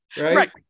Right